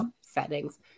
settings